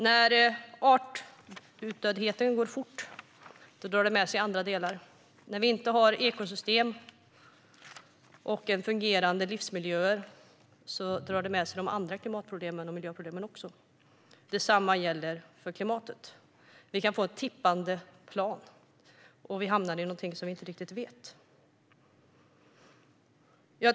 När artutdödheten går fort drar det med sig andra följder. När vi inte har ekosystem och fungerande livsmiljöer drar det med sig andra klimat och miljöproblem. Detsamma gäller för klimatet. Vi kan få ett sluttande plan och kan hamna i något som vi inte känner till.